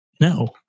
no